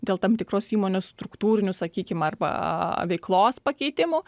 dėl tam tikros įmonės struktūrinių sakykim arba veiklos pakeitimų